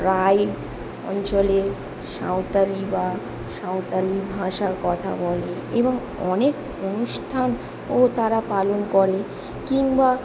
রাই অঞ্চলে সাঁওতালি বা সাঁওতালি ভাষায় কথা বলে এবং অনেক অনুষ্ঠানও তারা পালন করে কিংবা